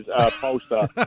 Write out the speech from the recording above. poster